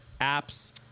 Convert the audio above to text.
apps